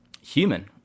human